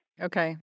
Okay